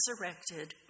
resurrected